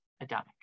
Adamic